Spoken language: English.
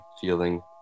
feeling